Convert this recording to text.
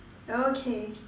okay